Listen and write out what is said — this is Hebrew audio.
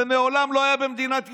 זה מעולם לא היה במדינת ישראל.